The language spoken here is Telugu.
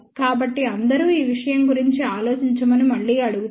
కాబట్టి అందరూ ఈ విషయం గురించి ఆలోచించమని మళ్ళీ అడుగుతాను